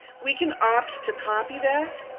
we can opt to copy that